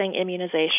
immunization